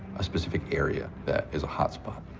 a specific area that is a hotspot,